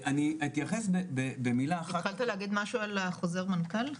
אני אתייחס במילה אחת --- התחלת להגיד משהו על החוזר מנכ"ל,